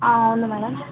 అవును మ్యాడమ్